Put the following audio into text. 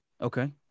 Okay